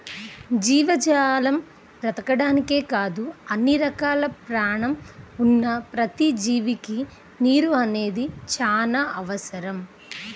జీవజాలం బతకడానికే కాదు అన్ని రకాలుగా పేణం ఉన్న ప్రతి జీవికి నీరు అనేది చానా అవసరం